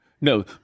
No